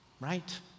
Right